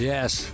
Yes